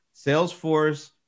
salesforce